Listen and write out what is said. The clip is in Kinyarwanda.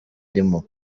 arimo